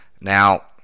Now